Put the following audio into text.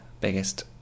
biggest